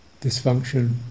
dysfunction